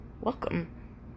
welcome